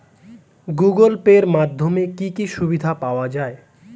Google Pay এর মাধ্যমে কি কি সুবিধা পাওয়া যায়?